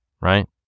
right